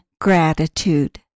Gratitude